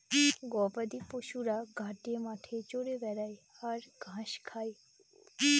গবাদি পশুরা ঘাটে মাঠে চরে বেড়ায় আর ঘাস খায়